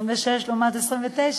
26 לעומת 29,